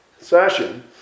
session